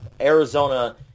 Arizona